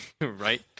right